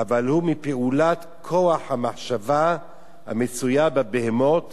אבל הוא מפעולת כוח המחשבה המצויה בבהמות